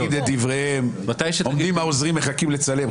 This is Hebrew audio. עומדים העוזרים לצלם.